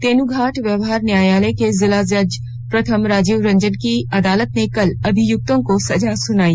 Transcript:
तेनूघाट व्यावहार न्यायालय के जिला जज प्रथम राजीव रंजन की अदालत ने कल अभियुक्तों को सजा सुनाई